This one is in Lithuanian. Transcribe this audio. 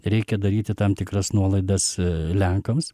reikia daryti tam tikras nuolaidas lenkams